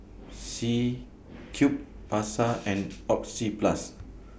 C Cube Pasar and Oxyplus